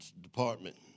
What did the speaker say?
department